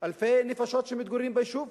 אלפי נפשות שמתגוררות ביישוב.